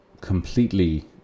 completely